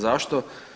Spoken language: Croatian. Zašto?